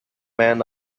man